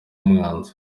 mwanza